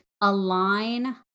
align